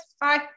bye